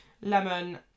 lemon